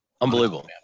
Unbelievable